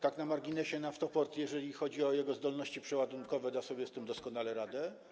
Tak na marginesie, Naftoport, jeżeli chodzi o jego zdolności przeładunkowe, da sobie z tym doskonale radę.